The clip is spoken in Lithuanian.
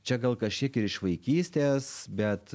čia gal kažkiek ir iš vaikystės bet